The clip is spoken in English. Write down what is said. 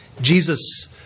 Jesus